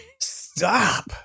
stop